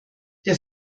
der